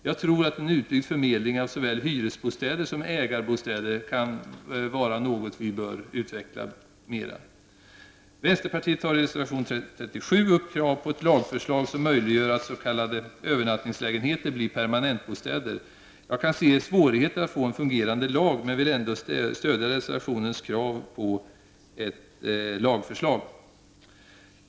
Jag tror att en utbyggd förmedling av såväl hyresbostäder som ägarbostäder kan vara något som vi bör utveckla. Jag kan se svårigheten i att få till stånd en fungerande lag, men jag vill ändå stödja reservationens krav på ett lagförslag.